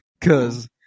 Cause